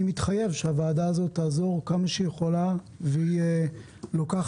אני מתחייב שהוועדה הזאת תעזור כמה שהיא יכולה והיא לוקחת